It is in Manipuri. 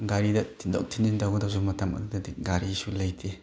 ꯒꯥꯔꯤꯗ ꯊꯤꯟꯗꯣꯛ ꯊꯤꯟꯖꯤꯟ ꯇꯧꯒꯗꯕꯗꯨꯁꯨ ꯃꯇꯝ ꯑꯗꯨꯗꯗꯤ ꯒꯥꯔꯤꯁꯨ ꯂꯩꯇꯦ